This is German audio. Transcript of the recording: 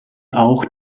auch